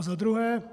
Za druhé.